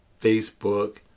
Facebook